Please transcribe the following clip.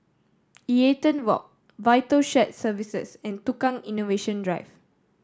Eaton Walk Vital Shared Services and Tukang Innovation Drive